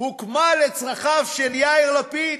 הוקמה לצרכיו של יאיר לפיד.